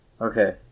Okay